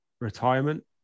retirement